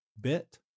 bit